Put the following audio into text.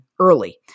early